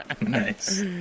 Nice